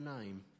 name